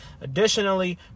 Additionally